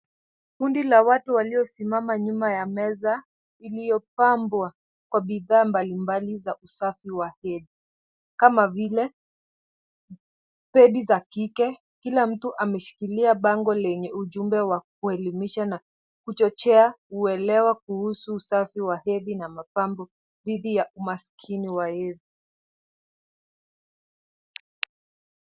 Kundi la watu waliosimama nyuma ya meza iliyopambwa kwa bidhaa mbalimbali za usafi wa hedhi kama vile [c]padi[c] za kike. Kila mtu ameshikilia bango lenye ujumbe wa kuelemisha na kuchochea, kuelewa kuhusu usafi wa hedhi na mapambo dhidi ya umaskini wa hedhi.